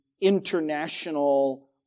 international